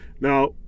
now